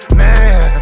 man